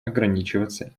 ограничиваться